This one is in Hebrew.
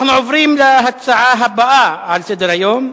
אנחנו עוברים להצעה הבאה בסדר-היום,